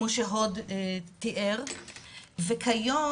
צדדי, וכל החולים